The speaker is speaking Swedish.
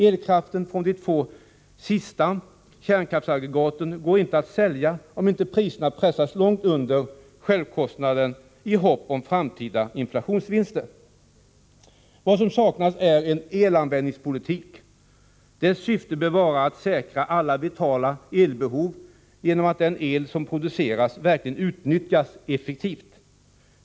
Elkraften från de två ”sista” kärnkraftsaggregaten går inte att sälja om inte priserna pressas långt under självkostnaden i hopp om framtida inflationsvinster. Vad som saknas är en elanvändningspolitik. Dess syfte bör vara att säkra alla vitala elbehov genom att den el som produceras verkligen utnyttjas effektivt.